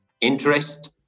interest